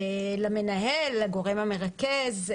למנהל, לגורם הרלוונטי